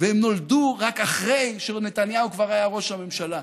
והם נולדו רק אחרי שנתניהו כבר היה ראש הממשלה.